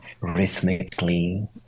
rhythmically